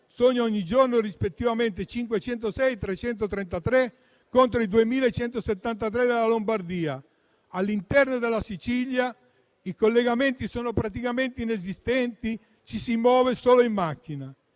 sono ogni giorno, rispettivamente, 506 e 333, contro le 2.173 della Lombardia. All'interno della Sicilia i collegamenti sono praticamente inesistenti, ci si muove solo in macchina